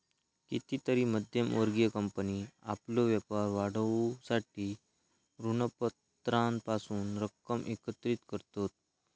कितीतरी मध्यम वर्गीय कंपनी आपलो व्यापार वाढवूसाठी ऋणपत्रांपासून रक्कम एकत्रित करतत